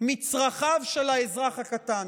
מצרכיו של האזרח הקטן.